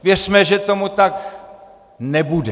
Věřme, že tomu tak nebude.